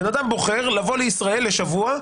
אדם בוחר לבוא לישראל לשבוע,